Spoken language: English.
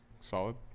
solid